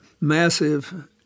massive